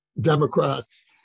democrats